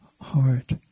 heart